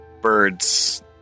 birds